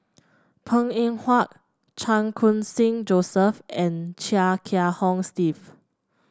Png Eng Huat Chan Khun Sing Joseph and Chia Kiah Hong Steve